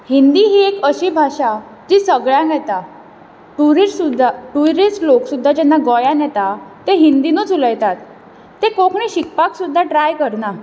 हिंदी ही एक अशीं भाशा जी सगळ्यांक येता टुरिस्ट सुद्दा टुरिस्ट लोक सुद्दा जेन्ना गोंयान येता ते हिंदीनुच उलयतात ते कोंकणी शिकपाक सुद्दा ट्राय करनात